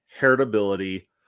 heritability